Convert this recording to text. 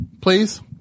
please